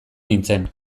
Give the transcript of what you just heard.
nintzen